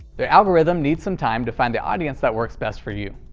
the algorithm needs some time to find the audience that works best for you.